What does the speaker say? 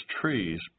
trees